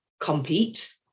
compete